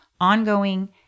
ongoing